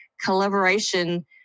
collaboration